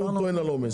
הוא טוען על עומס.